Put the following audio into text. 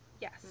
Yes